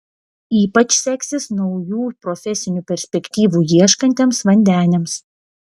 ypač seksis naujų profesinių perspektyvų ieškantiems vandeniams